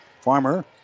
Farmer